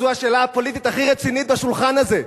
זו השאלה הפוליטית הכי רצינית בשולחן הזה.